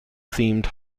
themed